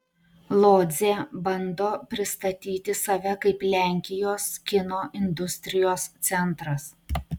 lodzė bando pristatyti save kaip lenkijos kino industrijos centras